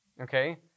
okay